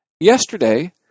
Yesterday